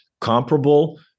comparable